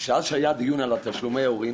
שעד שהיה הדיון על תשלומי ההורים